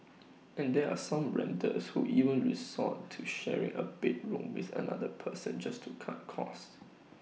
and there are some renters who even resort to sharing A bedroom with another person just to cut costs